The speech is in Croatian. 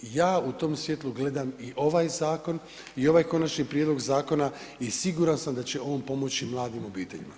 Ja u tom svjetlu gledam i ovaj zakon i ovaj konačni prijedlog zakona i siguran sam da će on pomoći mladim obiteljima.